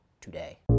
today